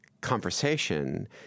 conversation